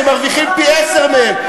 שמרוויחים פי-עשרה מהם,